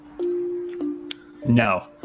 No